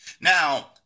Now